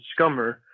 scummer